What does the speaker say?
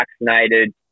vaccinated